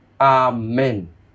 Amen